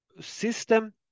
system